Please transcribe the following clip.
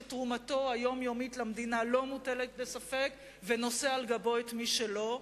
שתרומתו היומיומית למדינה לא מוטלת בספק והוא נושא על גבו את מי שלא?